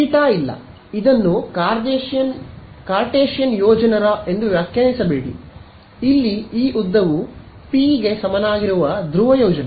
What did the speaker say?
theta ಇಲ್ಲ ಇದನ್ನು Cartesian ಯೋಜನರ ಎಂದು ವ್ಯಾಖ್ಯಾನಿಸಬೇಡಿ ಇಲ್ಲಿ ಈ ಉದ್ದವು ಪಿ ಗೆ ಸಮನಾಗಿರುವ ಧ್ರುವ ಯೋಜನೆ